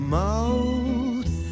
mouth